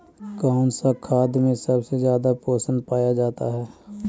कौन सा खाद मे सबसे ज्यादा पोषण पाया जाता है?